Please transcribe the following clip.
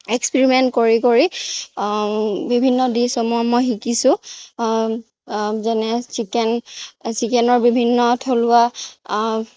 experiment কৰি কৰি বিভিন্ন ডিছসমূহ মই শিকিছোঁ যেনে চিকেন চিকেনৰ বিভিন্ন থলুৱা